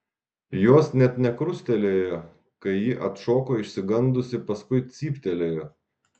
jos net nekrustelėjo kai ji atšoko išsigandusi paskui cyptelėjo